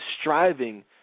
striving